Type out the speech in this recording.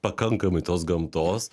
pakankamai tos gamtos